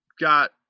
got